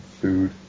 food